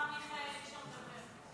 אחרי מה שאמר מיכאל אי-אפשר לדבר.